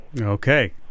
Okay